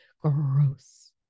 Gross